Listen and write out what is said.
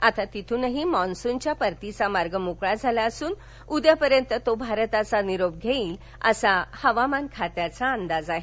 आता तिथूनही मान्सूनच्या परतीचा मार्ग मोकळा झाला असून उद्यापर्यंत तो भारताचा निरोप घेईल असा हवामान खात्याचा अंदाज आहे